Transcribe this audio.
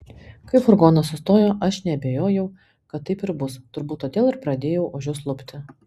kai furgonas sustojo aš neabejojau kad taip ir bus turbūt todėl ir pradėjau ožius lupti